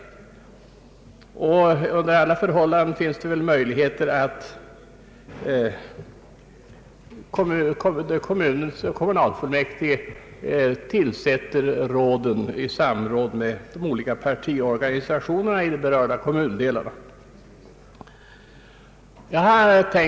Under alla förhållanden bör det finnas möjligheter för kommunalfullmäktige att tillsätta råden i samråd med de olika partiorganisationerna i berörda kommundelar.